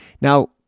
Now